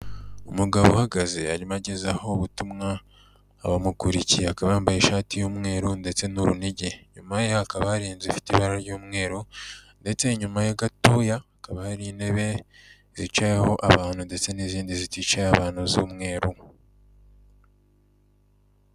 Umugabo uhagaze arimo ageza aho ubutumwa abamukurikiye akaba bambaye ishati y'umweru ndetse n'urunigi, inyuma ye hakaba hari ifite ibara ry'umweru, ndetse inyuma gatoya haba hari intebe, zicaho abantu ndetse n'izindi ziticaye abantu z'umweru.